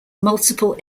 multiple